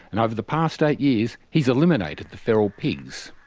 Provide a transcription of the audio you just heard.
and over the past eight years he's eliminated the feral pigs.